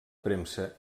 premsa